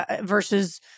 Versus